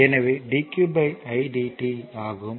எனவே dq idt ஆகும்